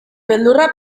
beldurra